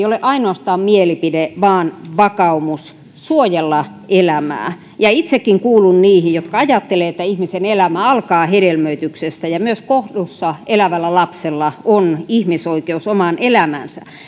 ole kysymys ainoastaan mielipiteestä vaan vakaumuksesta suojella elämää itsekin kuulun niihin jotka ajattelevat että ihmisen elämä alkaa hedelmöityksestä ja myös kohdussa elävällä lapsella on ihmisoikeus omaan elämäänsä